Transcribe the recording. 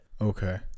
Okay